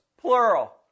plural